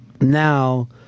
now